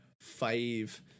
five